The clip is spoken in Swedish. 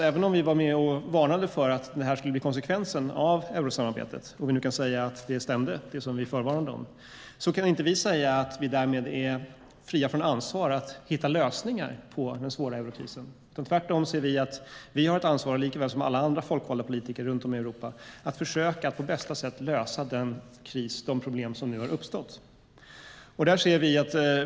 Även om vi var med och varnade för att detta skulle bli konsekvensen av eurosamarbetet, och vi nu kan säga att det som vi förvarnade om stämde, kan vi inte säga att vi därmed är fria från ansvar att hitta lösningar på den svåra eurokrisen. Tvärtom har vi, likaväl som alla andra folkvalda politiker runt om i Europa, ett ansvar för att på bästa sätt försöka lösa den kris och de problem som nu har uppstått.